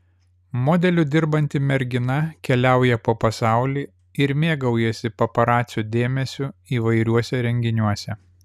modeliu dirbanti mergina keliauja po pasaulį ir mėgaujasi paparacių dėmesiu įvairiuose renginiuose